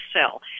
sell